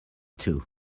two